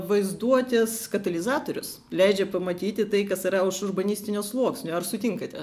vaizduotės katalizatorius leidžia pamatyti tai kas yra už urbanistinio sluoksnio ar sutinkate